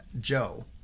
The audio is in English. Joe